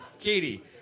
Katie